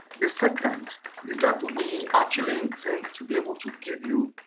the second is that we actually intend to be able to give you,